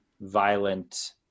violent